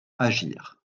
agir